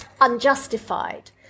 Unjustified